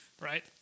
Right